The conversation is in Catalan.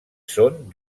són